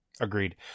Agreed